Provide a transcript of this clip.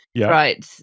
right